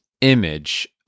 image